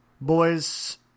Boys